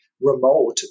remote